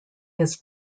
his